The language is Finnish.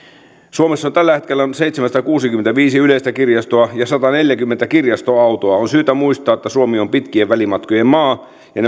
suomessa on tällä hetkellä seitsemänsataakuusikymmentäviisi yleistä kirjastoa ja sataneljäkymmentä kirjastoautoa on syytä muistaa että suomi on pitkien välimatkojen maa ja